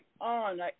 on